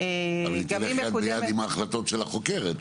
אבל היא תלך יד ביד עם ההחלטות של החוקרת,